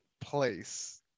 place